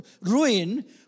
ruin